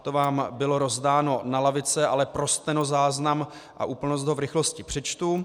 To vám bylo rozdáno na lavice, ale pro stenozáznam a úplnost ho v rychlosti přečtu: